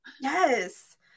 yes